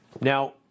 Now